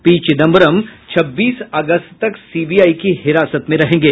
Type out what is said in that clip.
P Chidambaram छब्बीस अगस्त तक सीबीआई की हिरासत में रहेंगे